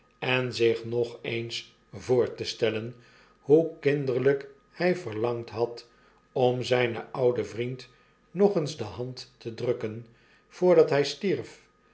en zich nog eens voor te stellen hoe kinderlgk hg verlangd had om zgnen ouden vriend nog eens de hand te drukken voordat hg stierf